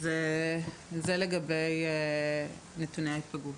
זה לגבי נתוני ההיפגעות.